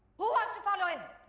who was to follow him?